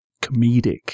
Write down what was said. comedic